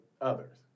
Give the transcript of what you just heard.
others